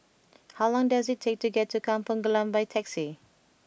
how long does it take to get to Kampung Glam by taxi